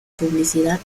publicidad